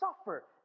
suffer